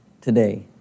today